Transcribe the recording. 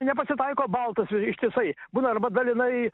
nepasitaiko baltas i ištisai būna arba dalinai